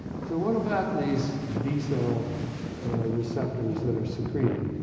so what about these b-cell receptors that are secreted,